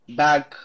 back